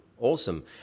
Awesome